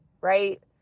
right